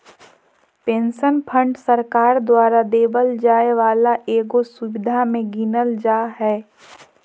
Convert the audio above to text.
pension fund सरकार द्वारा देवल जाय वाला एगो सुविधा मे गीनल जा हय